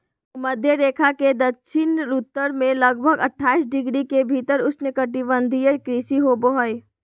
भूमध्य रेखा के दक्षिण उत्तर में लगभग अट्ठाईस डिग्री के भीतर उष्णकटिबंधीय कृषि होबो हइ